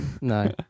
No